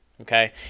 Okay